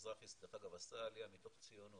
הוא אגב עשה עליה מתוך ציונות,